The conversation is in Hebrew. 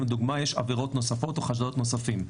לדוגמא אם יש עבירות נוספות או חשדות נוספים.